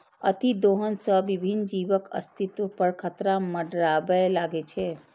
अतिदोहन सं विभिन्न जीवक अस्तित्व पर खतरा मंडराबय लागै छै